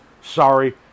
Sorry